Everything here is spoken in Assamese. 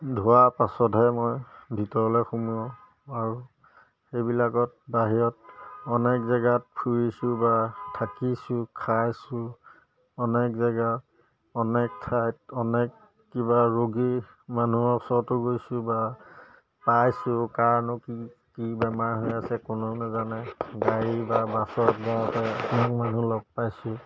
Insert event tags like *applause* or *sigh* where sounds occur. ধোৱা পাছতহে মই ভিতৰলৈ সোমোৱাওঁ আৰু সেইবিলাকত বাহিৰত অনেক জেগাত ফুৰিছোঁ বা থাকিছোঁ খাইছোঁ অনেক জেগা অনেক ঠাইত অনেক কিবা ৰোগী মানুহৰ ওচৰত গৈছোঁ বা পাইছোঁ কাৰণ কি কি বেমাৰ হৈ আছে কোনেও নাজানে গাড়ী বাছত যাওঁতে *unintelligible* মানুহ লগ পাইছোঁ